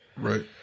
Right